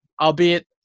albeit